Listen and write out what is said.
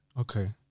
Okay